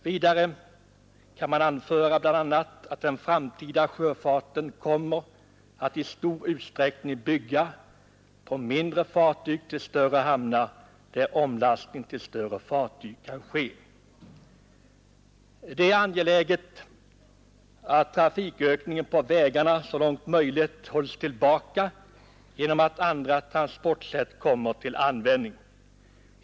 Vidare kan man bl.a. anföra att den framtida sjöfarten i stor utsträckning kommer att bygga på transporter med mindre fartyg till större hamnar där omlastning till större fartyg kan ske. Det är angeläget att trafikökningen på vägarna så långt möjligt hålls tillbaka genom att andra transportsätt kommer till användning.